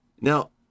Now